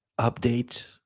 updates